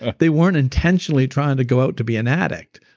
they weren't intentionally trying to go out to be an addict,